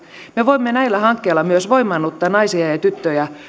me voimme näillä hankkeilla myös voimaannuttaa naisia ja tyttöjä